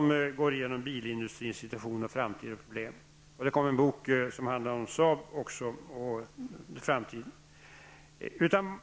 man går igenom bilindustrins situation och framtida problem. Det har också getts ut en bok som handlar om Saab och dess framtiden.